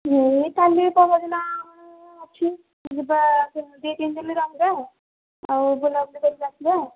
ହେଇ କାଲି ତ ଅଛି ଯିବା ଦୁଇ ତିନିଦିନ ରହିବା ଆଉ ବୁଲାବୁଲି କରିକି ଆସିବା ଆଉ